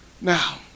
Now